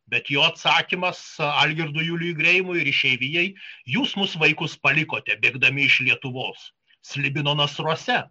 bet jo atsakymas algirdui juliui greimui ir išeivijai jūs mus vaikus palikote bėgdami iš lietuvos slibino nasruose